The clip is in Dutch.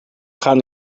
gaan